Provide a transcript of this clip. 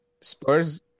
Spurs